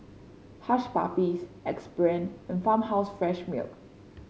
Hush Puppies Axe Brand Farmhouse Fresh Milk